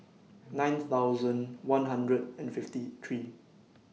nine thousand one hundred and fifty three